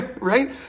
right